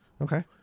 Okay